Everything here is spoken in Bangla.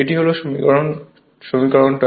এটি হল সমীকরণ 22